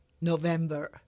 November